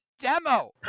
demo